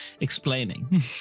explaining